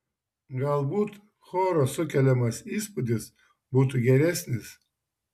galbūt choro sukeliamas įspūdis būtų geresnis